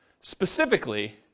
specifically